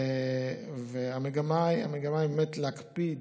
והמגמה היא להקפיד,